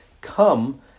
come